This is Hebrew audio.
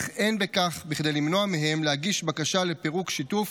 אך אין בכך כדי למנוע מהם להגיש בקשה לפירוק שיתוף,